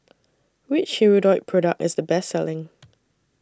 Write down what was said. Which Hirudoid Product IS The Best Selling